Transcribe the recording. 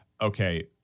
okay